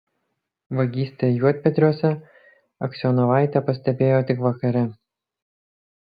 vagystę juodpetriuose aksionovaitė pastebėjo tik vakare